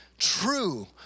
true